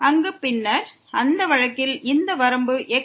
அங்கு பின்னர் அந்த வழக்கில் இந்த வரம்பு x→0